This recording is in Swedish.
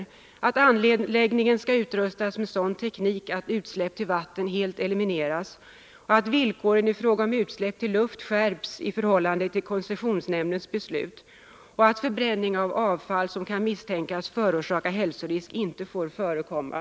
De är bl.a. att anläggningen skall utrustas med sådan teknik att utsläpp till vatten helt elimineras, att villkoren i fråga om utsläpp till luft skärps i förhållande till koncessionsnämndens beslut och att förbränning av avfall som kan misstänkas förorsaka hälsorisk inte får förekomma.